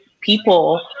people